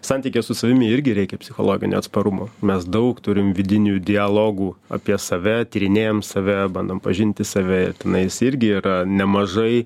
santykyje su savimi irgi reikia psichologinio atsparumo mes daug turim vidinių dialogų apie save tyrinėjam save bandom pažinti save ir tenais irgi yra nemažai